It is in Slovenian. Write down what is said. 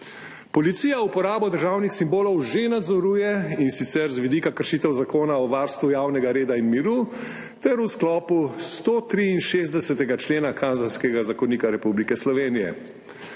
Policija uporabo državnih simbolov že nadzoruje, in sicer z vidika kršitev Zakona o varstvu javnega reda in miru ter v sklopu 163. člena Kazenskega zakonika Republike Slovenije.